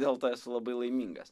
dėl to esu labai laimingas